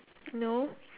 no